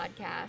podcast